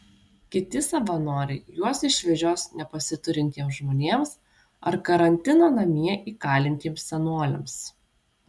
kiti savanoriai juos išvežios nepasiturintiems žmonėms ar karantino namie įkalintiems senoliams